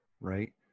right